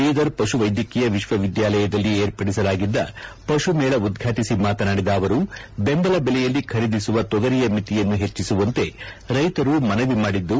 ಬೀದರ್ ಪಶುವ್ಯದ್ಯಕೀಯ ವಿಶ್ವವಿದ್ಯಾಲಯದಲ್ಲಿ ಏರ್ಪಡಿಸಲಾಗಿದ್ದ ಪಶು ಮೇಳ ಉದಾಚನಿ ಮಾತನಾಡಿದ ಅವರು ಬೆಂಬಲ ಬೆಲೆಯಲ್ಲಿ ಖರೀದಿಸುವ ತೊಗಲಿಯ ಮಿತಿಯನ್ನು ಹೆಚ್ಚಿಸುವಂತೆ ರೈತರು ಮನವಿ ಮಾಡಿದ್ದು